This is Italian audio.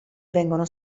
vengono